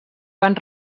van